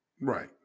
Right